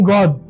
God